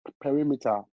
perimeter